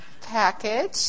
package